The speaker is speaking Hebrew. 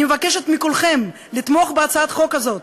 אני מבקשת מכולכם לתמוך בהצעת החוק הזאת,